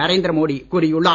நரேந்திர மோடி கூறியுள்ளார்